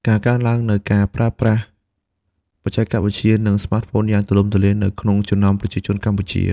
ការកើនឡើងនូវការប្រើប្រាស់បច្ចេកវិទ្យា និងស្មាតហ្វូនយ៉ាងទូលំទូលាយនៅក្នុងចំណោមប្រជាជនកម្ពុជា។